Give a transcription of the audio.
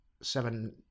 seven